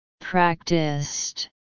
Practiced